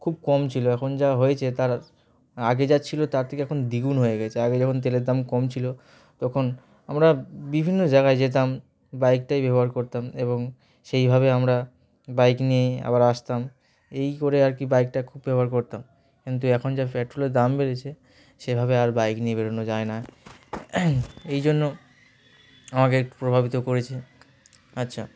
খুব কম ছিলো এখন যা হয়েছে তার আগে যা ছিল তার থেকে এখন দ্বিগুণ হয়ে গেছে আগে যখন তেলের দাম কম ছিলো তখন আমরা বিভিন্ন জায়গায় যেতাম বাইকটাই ব্যবহার করতাম এবং সেইভাবে আমরা বাইক নিয়েই আবার আসতাম এই করে আর কি বাইকটা খুব ব্যবহার করতাম কিন্তু এখন যা পেট্রোলের দাম বেড়েছে সেভাবে আর বাইক নিয়ে বেরোনো যায় না এই জন্য আমাকে একটু প্রভাবিত করেছে আচ্ছা